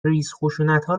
ریزخشونتها